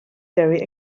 very